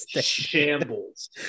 shambles